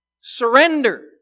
Surrender